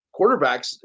quarterbacks